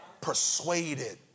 Persuaded